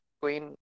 queen